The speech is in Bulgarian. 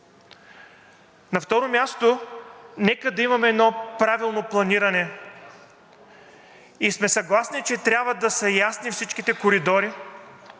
На второ място, нека да имаме едно правилно планиране и сме съгласни, че трябва да са ясни всичките коридори